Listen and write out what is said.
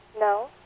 No